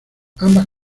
ambas